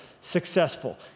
successful